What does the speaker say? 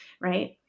right